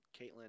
Caitlin